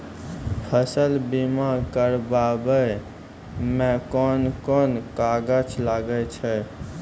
फसल बीमा कराबै मे कौन कोन कागज लागै छै?